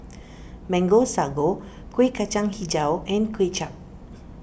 Mango Sago Kueh Kacang HiJau and Kway Chap